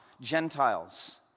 Gentiles